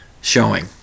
showing